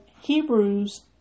Hebrews